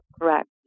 Correct